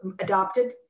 adopted